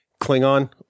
Klingon